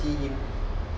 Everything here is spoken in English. J_C